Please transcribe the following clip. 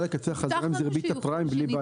אפשר לקצר חזרה אם זה ריבית הפריים, בלי בעיות.